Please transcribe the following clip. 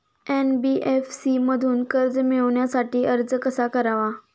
NBFC मधून कर्ज मिळवण्यासाठी अर्ज कसा करावा?